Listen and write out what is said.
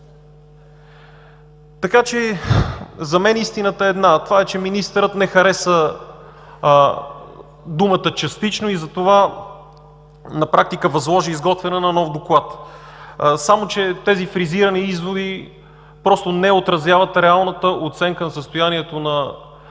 За мен истината е една – това е, че министърът не хареса думата „частично“ и затова на практика възложи изготвянето на нов Доклад. Тези фризирани изводи просто не отразяват реалната оценка на състоянието на